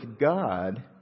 God